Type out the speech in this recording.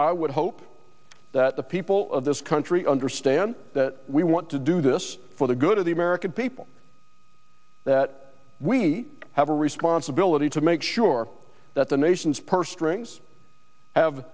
i would hope that the people of this country understand that we want to do this for the good of the american people that we have a responsibility to make sure that the nation's purse strings have